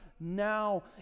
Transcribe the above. now